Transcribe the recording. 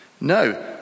No